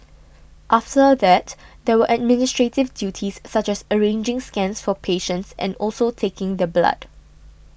after that there were administrative duties such as arranging scans for patients and also taking the blood